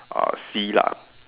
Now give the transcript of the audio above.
uh sea lah